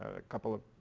a couple of